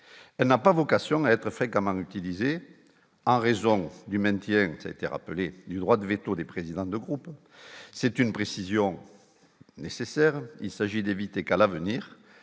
elle n'a pas vocation à être fait quand même utilisé en raison du maintien qui a été rappelé, du droit de véto des présidents de groupe, c'est une précision nécessaire : il s'agit d'éviter qu'à l'avenir